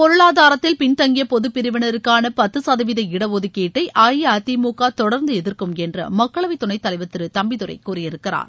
பொருளாதாரத்தில் பின்தங்கிய பொதப் பிரிவினருக்கான பத்து சதவீத இடஒதுக்கீட்ளட அஇஅதிமுக தொடர்ந்து எதிர்க்கும் என்று மக்களவை துணைத் தலைவர் திரு தம்பிதுரை கூறியிருக்கிறார்